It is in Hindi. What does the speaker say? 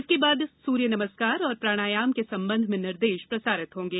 इसके उपरांत सूर्य नमस्कार और प्राणायाम के संबंध में निर्देश प्रसारित होंगे